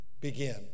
Begin